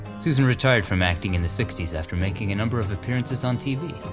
susan retired from acting in the sixty s after making a number of appearances on tv.